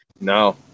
No